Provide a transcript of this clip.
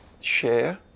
share